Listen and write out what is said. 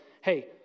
hey